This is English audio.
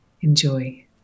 Enjoy